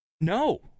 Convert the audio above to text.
No